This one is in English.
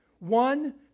One